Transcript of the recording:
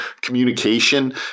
Communication